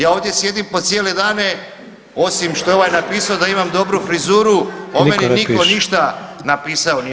Ja ovdje sjedim po cijele dane osim što je ovaj napisao da imam dobru frizuru [[Upadica: Niko ne piše]] o meni niko ništa napisao nije.